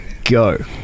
go